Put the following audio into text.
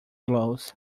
blows